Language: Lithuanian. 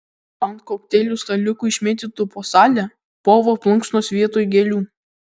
ant kokteilių staliukų išmėtytų po salę povo plunksnos vietoj gėlių